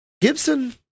Gibson